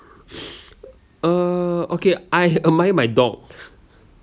uh okay I uh my my dog